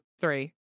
three